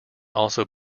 also